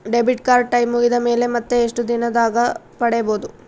Debit card time ಮುಗಿದ ಮೇಲೆ ಮತ್ತೆ ಎಷ್ಟು ದಿನದಾಗ ಪಡೇಬೋದು?